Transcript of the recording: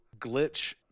glitch